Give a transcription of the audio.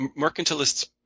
mercantilists